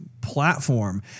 platform